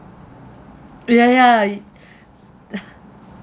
yeah yeah